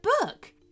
book